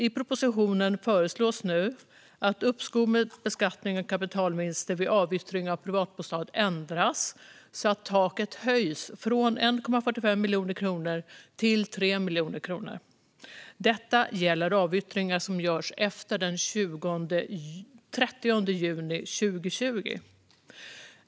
I propositionen föreslås nu att uppskov med beskattning av kapitalvinster vid avyttring av privatbostad ändras så att taket höjs från 1,45 miljoner kronor till 3 miljoner kronor. Detta gäller avyttringar som görs efter den 30 juni 2020.